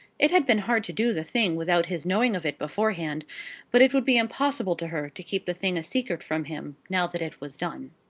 it had been hard to do the thing without his knowing of it beforehand but it would be impossible to her to keep the thing a secret from him, now that it was done.